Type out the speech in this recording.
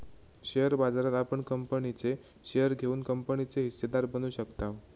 share बाजारात आपण कंपनीचे शेअर घेऊन कंपनीचे हिस्सेदार बनू शकताव